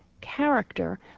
character